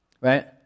Right